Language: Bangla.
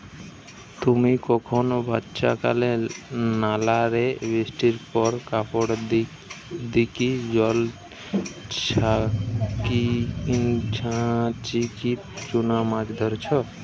তুমি কখনো বাচ্চাকালে নালা রে বৃষ্টির পর কাপড় দিকি জল ছাচিকি চুনা মাছ ধরিচ?